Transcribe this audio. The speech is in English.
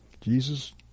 Jesus